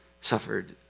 suffered